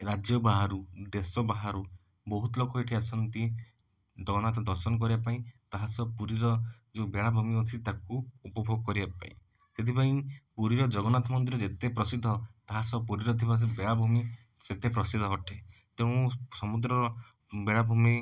ରାଜ୍ୟ ବାହାରୁ ଦେଶ ବାହାରୁ ବହୁତ ଲୋକ ଏଠି ଆସନ୍ତି ଜଗନ୍ନାଥ ଦର୍ଶନ କରିବାପାଇଁ ତାହା ସହ ପୁରୀର ଯେଉଁ ବେଳାଭୂମି ଅଛି ତାକୁ ଉପଭୋଗ କରିବାପାଇଁ ସେଥିପାଇଁ ପୁରୀର ଜଗନ୍ନାଥମନ୍ଦିର ଯେତେ ପ୍ରସିଦ୍ଧ ତାହା ସହ ପୁରୀରେ ଥିବା ସେ ବେଳାଭୂମି ସେତେ ପ୍ରସିଦ୍ଧ ଅଟେ ତେଣୁ ସମୁଦ୍ରର ବେଳାଭୂମି